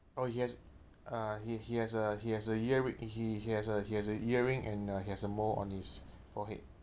oh he has uh he he has a he has a earring he has a he has a earring and uh he has a mole on his forehead